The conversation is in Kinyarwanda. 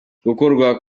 gukurwaho